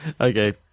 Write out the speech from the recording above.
Okay